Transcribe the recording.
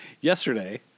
yesterday